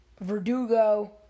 Verdugo